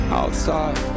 outside